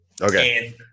Okay